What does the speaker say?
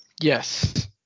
Yes